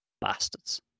bastards